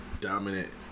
dominant